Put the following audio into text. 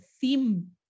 theme